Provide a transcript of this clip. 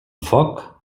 foc